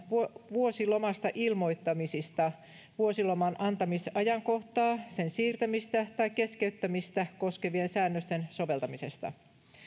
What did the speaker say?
vuosilomasta ilmoittamisista vuosiloman antamisajankohtaa sen siirtämistä tai keskeyttämistä koskevien säännösten soveltamisesta